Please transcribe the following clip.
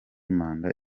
manda